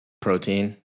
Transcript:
protein